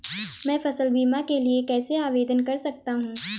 मैं फसल बीमा के लिए कैसे आवेदन कर सकता हूँ?